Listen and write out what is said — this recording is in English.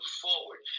forward